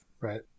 right